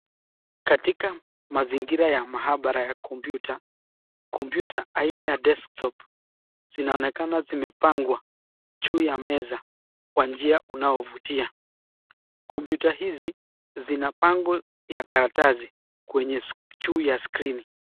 Katika mazingira ya maabara ya kompyuta , kompyuta aina ya desktop zinaonekana zimepangwa juu ya meza kwa njia unaovutia. [csa] Kompyuta hizi zina pango ya karatasi juu ya skrini .